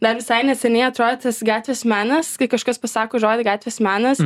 dar visai neseniai atrodė tas gatvės menas kai kažkas pasako žodį gatvės menas